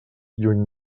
lluny